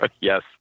Yes